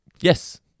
Yes